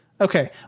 okay